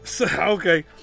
Okay